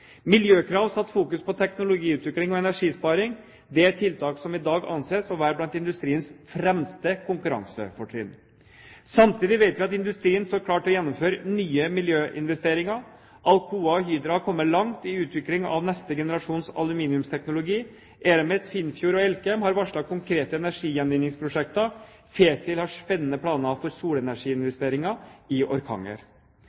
Miljøkrav satte fokus på teknologiutvikling og energisparing. Dette er tiltak som i dag anses å være blant industriens fremste konkurransefortrinn. Samtidig vet vi at industrien står klar til å gjennomføre nye miljøinvesteringer. Alcoa og Hydro har kommet langt i utviklingen av neste generasjons aluminiumsteknologi. Eramet, Finnfjord og Elkem har varslet konkrete energigjenvinningsprosjekter. Fesil har spennende planer for